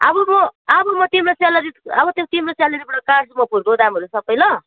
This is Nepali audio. अब म अब म तिम्रो सेलेरी अब त्यो तिम्रो सेलेरीबाट काट्छु म फुलको दामहरू सबै ल